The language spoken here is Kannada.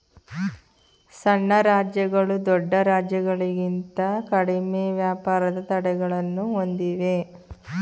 ಸಣ್ಣ ರಾಜ್ಯಗಳು ದೊಡ್ಡ ರಾಜ್ಯಗಳಿಂತ ಕಡಿಮೆ ವ್ಯಾಪಾರದ ತಡೆಗಳನ್ನು ಹೊಂದಿವೆ